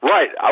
Right